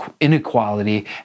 inequality